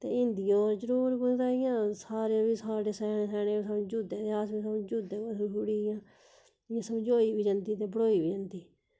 ते हिंदी ओह् जरूर इ'यां सारे बी साढ़े स्याने स्याने समझी उढ़दे ते अस बी समझी ओड़दे समझोई बी जंदी ते पढ़ोई बी जंदी